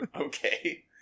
Okay